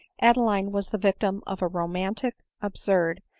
adeline was the victim of a. romantic, absurd,